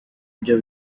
byo